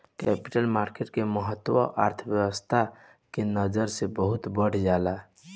capital market के महत्त्व अर्थव्यस्था के नजर से बहुत बढ़ जाला